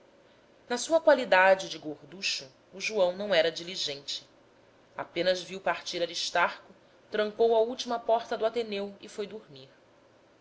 na sua qualidade de gorducho o joão não era diligente apenas viu parar aristarco trancou a última porta do ateneu e foi dormir